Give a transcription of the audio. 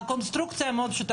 הקונסטרוקציה היא מאוד פשוטה.